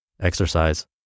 exercise